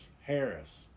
Harris